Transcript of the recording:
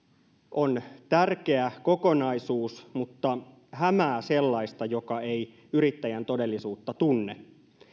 on tärkeä kokonaisuus mutta hämää sellaista joka ei yrittäjän todellisuutta tunne